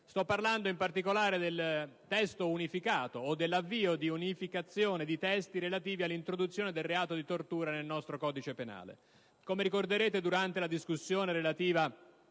Sto parlando, in particolare, del testo unificato o dell'avvio di unificazione di testi relativi all'introduzione del reato di tortura nel nostro codice penale. Come ricorderete, durante la discussione relativa